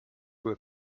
were